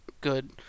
good